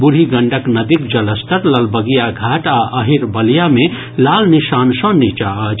बूढ़ी गंडक नदीक जलस्तर ललबगियाघाट आ अहिरवलिया मे लाल निशान सँ नीचा अछि